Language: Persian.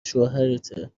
شوهرته